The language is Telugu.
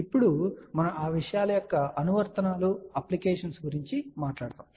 ఇప్పుడు మనము ఆ విషయాల యొక్క అప్లికేషన్స్ గురించి మాట్లాడబోతున్నాము